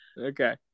Okay